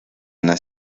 una